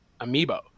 amiibo